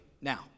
now